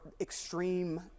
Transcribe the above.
extreme